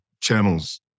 channels